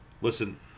Listen